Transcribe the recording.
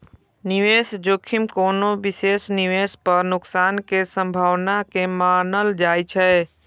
निवेश जोखिम कोनो विशेष निवेश पर नुकसान के संभावना के मानल जाइ छै